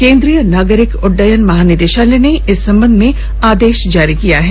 केंद्रीय नागरिक उड्डयन महानिदेशालय ने इस संबंध में आदेश जारी कर दिया है